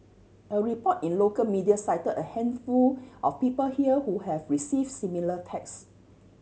a report in local media cite a handful of people here who have receive similar text